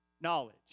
knowledge